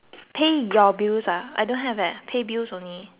bills ah I don't have eh pay bills only